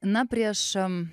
na prieš